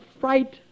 fright